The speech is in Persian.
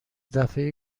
دفعه